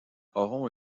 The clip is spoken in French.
auront